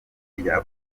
rya